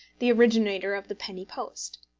the originator of the penny post.